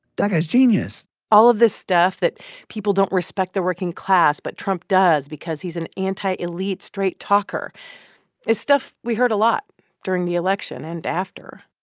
that guy's genius all of this stuff that people don't respect the working class but trump does because he's an anti-elite straight talker is stuff we heard a lot during the election and after.